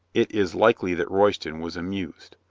it is likely that royston was amused.